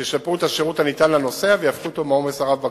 שישפרו את השירות הניתן לנוסע ויפחיתו מהעומס הרב בקרונות.